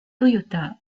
toyota